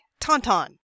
Tauntaun